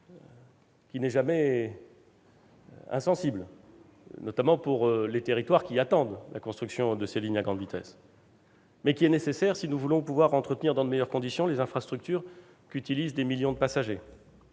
délicate, jamais insensible, notamment pour les territoires qui attendent la construction de ces lignes à grande vitesse, mais qui est nécessaire si nous voulons pouvoir entretenir dans de meilleures conditions les infrastructures qu'utilisent des millions de passagers,